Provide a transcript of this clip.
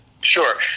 Sure